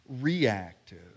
reactive